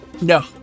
No